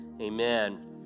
Amen